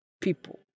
people